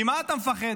ממה אתה מפחד?